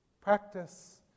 practice